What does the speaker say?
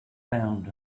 bound